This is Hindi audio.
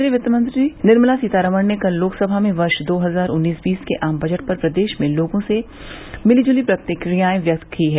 केन्द्रीय वित्तमंत्री निर्मला सीतारामन ने कल लोकसभा में वर्ष दो हजार उन्नीस बीस के आम बजट पर प्रदेश में लोगों ने मिलीजुली प्रतिक्रियाएं व्यक्त की हैं